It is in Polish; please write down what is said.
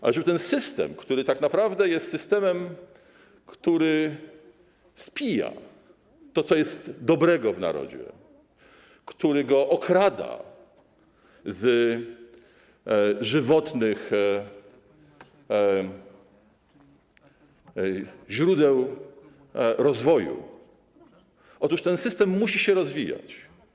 Ale ten system, który tak naprawdę jest systemem, który spija to, co jest dobrego w narodzie, który go okrada z żywotnych źródeł rozwoju, otóż ten system musi się rozwijać.